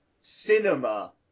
cinema